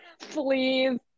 Please